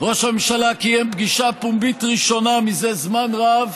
ראש הממשלה קיים פגישה פומבית ראשונה זה זמן רב